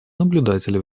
наблюдателя